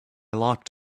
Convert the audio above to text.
locked